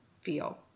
feel